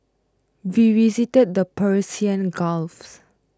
we visited the Persian Gulf's